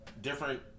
different